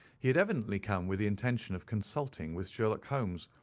he had evidently come with the intention of consulting with sherlock holmes,